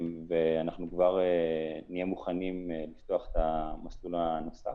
כבר נהיה מוכנים לפתוח את המסלול הנוסף.